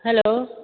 hello